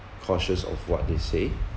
cautious of what they say